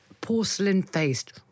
porcelain-faced